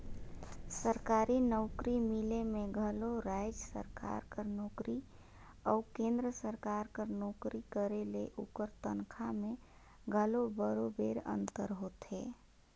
सरकारी नउकरी मिले में घलो राएज सरकार कर नोकरी अउ केन्द्र सरकार कर नोकरी करे ले ओकर तनखा में घलो बरोबेर अंतर होथे